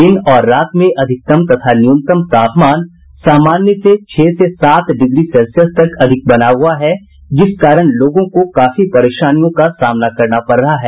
दिन और रात में अधिकतम तथा न्यूनतम तापमान सामान्य से छह से सात डिग्री सेल्सियस तक अधिक बना हुआ है जिस कारण लोगों को काफी परेशानियों का सामना करना पड़ रहा है